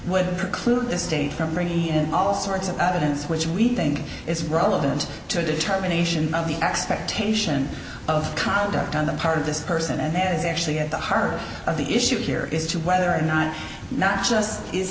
would preclude the state from bringing in all sorts of evidence which we think is relevant to a determination of the expectation of conduct on the part of this person and that is actually at the heart of the issue here is to whether or not not just is